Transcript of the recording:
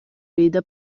veda